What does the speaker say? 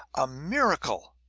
a miracle!